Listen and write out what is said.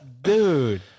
Dude